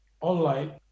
online